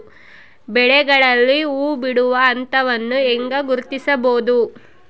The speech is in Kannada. ಬೆಳೆಗಳಲ್ಲಿ ಹೂಬಿಡುವ ಹಂತವನ್ನು ಹೆಂಗ ಗುರ್ತಿಸಬೊದು?